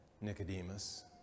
Nicodemus